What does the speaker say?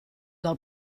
del